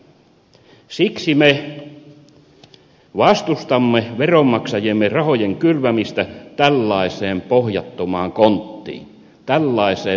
siksi me vastustamme veronmaksajiemme rahojen kylvämistä tällaiseen pohjattomaan konttiin tällaiseen molokin kitaan